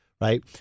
right